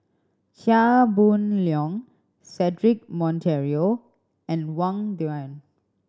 Chia Boon Leong Cedric Monteiro and Wang Dayuan